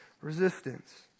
resistance